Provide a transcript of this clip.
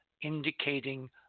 indicating